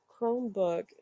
Chromebook